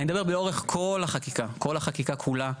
אני מדבר לאורך כל החקיקה, כל החקיקה כולה,